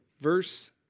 verse